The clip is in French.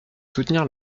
soutenir